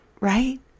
right